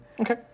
Okay